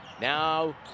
Now